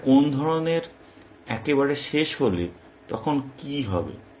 এটা কোন ধরনের একেবারে শেষ হলে তখন কি হবে